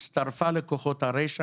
הצטרפה לכוחות הרשע